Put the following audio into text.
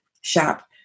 shop